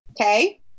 Okay